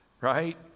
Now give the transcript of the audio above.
right